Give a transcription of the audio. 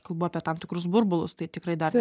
kalbu apie tam tikrus burbulus tai tikrai dar